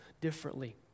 differently